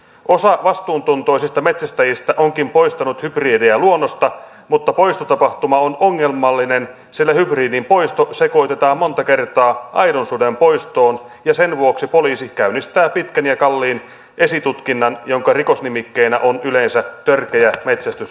osa vastuuntuntoisista metsästäjistä onkin poistanut hybridejä luonnosta mutta poistotapahtuma on ongelmallinen sillä hybridin poisto sekoitetaan monta kertaa aidon suden poistoon ja sen vuoksi poliisi käynnistää pitkän ja kalliin esitutkinnan jonka rikosnimikkeenä on yleensä törkeä metsästysrikos